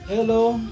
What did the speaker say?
Hello